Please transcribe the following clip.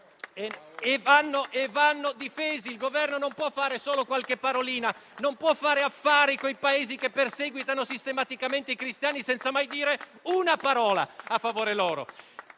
Il Governo non può pronunciare solo qualche parolina, non può fare affari con i Paesi che perseguitano sistematicamente i cristiani senza mai dire una parola a loro